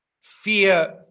fear